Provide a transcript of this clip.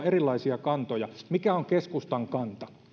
erilaisia kantoja mikä on keskustan kanta